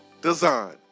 Design